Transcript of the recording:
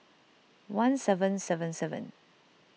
one seven seven seven